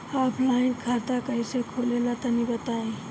Offline खाता कइसे खुलेला तनि बताईं?